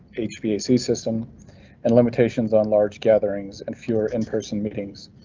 ac ac system and limitations on large gatherings and fewer in person meetings.